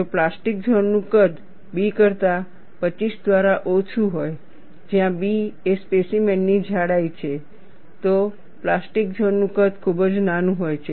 જો plastic zone નું કદ B કરતા 25 દ્વારા ઓછું હોય જ્યાં B એ સ્પેસીમેન ની જાડાઈ છે તો પ્લાસ્ટિક ઝોન નું કદ ખૂબ જ નાનું હોય છે